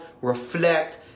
reflect